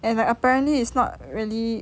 and like apparently it's not really